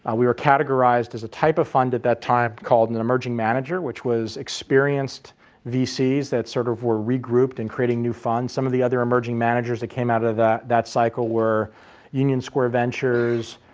ah we were categorized as a type of fund at that time called an an emerging manager which was experienced vcs that sort of were regrouped and creating new fund. some of the other emerging managers that came out of that that cycle were union square ventures,